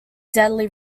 deadly